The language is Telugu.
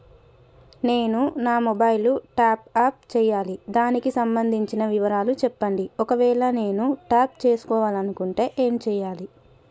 నేను నా మొబైలు టాప్ అప్ చేయాలి దానికి సంబంధించిన వివరాలు చెప్పండి ఒకవేళ నేను టాప్ చేసుకోవాలనుకుంటే ఏం చేయాలి?